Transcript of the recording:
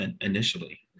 initially